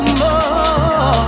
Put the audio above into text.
more